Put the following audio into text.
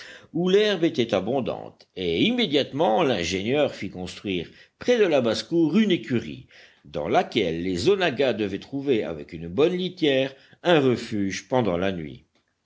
où l'herbe était abondante et immédiatement l'ingénieur fit construire près de la basse-cour une écurie dans laquelle les onaggas devaient trouver avec une bonne litière un refuge pendant la nuit